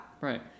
Right